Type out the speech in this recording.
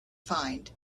find